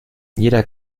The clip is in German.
jeder